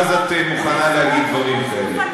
ואז את מוכנה להגיד דברים כאלה.